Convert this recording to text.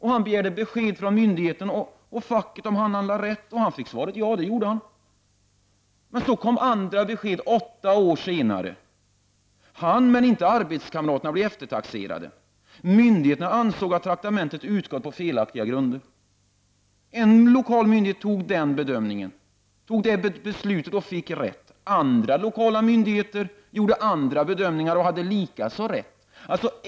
Han begärde besked från myndigheter och facket om huruvida han handlade rätt, och han fick svaret ja. Åtta år senare kom så andra besked. Han, men inte arbetskamraterna, blev eftertaxerad. Myndigheten ansåg att traktamenten utgått på felaktiga grunder. En lokal myndighet gjorde denna bedömning, fattade detta beslut och fick rätt. Andra lokala myndigheter gjorde andra bedömningar, och hade likaså rätt.